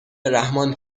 رحمان